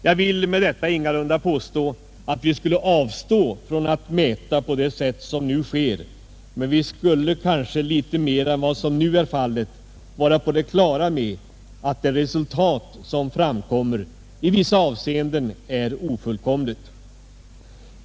Jag vill med detta ingalunda påstå att vi skulle avstå från att mäta på det sätt som nu sker, men vi bör kanske litet mera än vad som nu är fallet vara på det klara med att det resultat som framkommer i vissa avseenden är ofullkomligt.